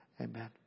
Amen